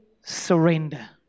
surrender